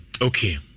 Okay